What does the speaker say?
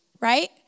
right